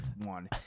One